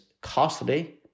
costly